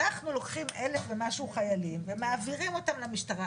אנחנו לוקחים אלף ומשהו חיילים ומעבירים אותם למשטרה,